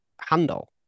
handle